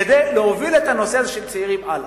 כדי להוביל את הנושא הזה של צעירים הלאה.